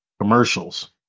Commercials